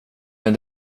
men